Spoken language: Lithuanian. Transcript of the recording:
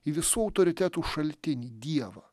visų autoritetų šaltinį dievą